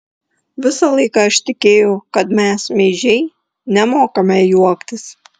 visą laiką aš tikėjau kad mes meižiai nemokame juoktis